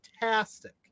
fantastic